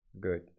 Good